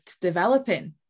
developing